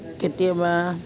কেতিয়াবা